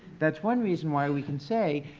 that's one reason why we can say,